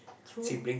true